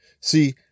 See